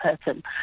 person